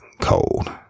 Cold